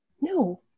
No